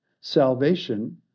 Salvation